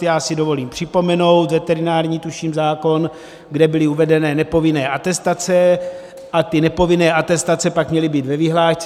Já si dovolím připomenout veterinární, tuším, zákon, kde byly uvedeny nepovinné atestace, a ty nepovinné atestace pak měly být ve vyhlášce.